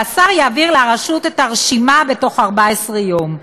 והשר יעביר לרשות את הרשימה בתוך 14 יום.